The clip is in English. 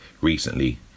recently